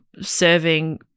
serving